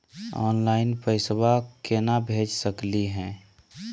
Online पैसवा केना भेज सकली हे?